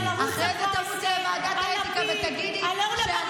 אחרי זה תרוצי לוועדת האתיקה ותגידי שאני